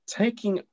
taking